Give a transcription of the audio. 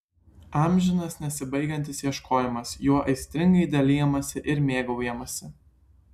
amžinas nesibaigiantis ieškojimas juo aistringai dalijamasi ir mėgaujamasi